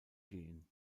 gehen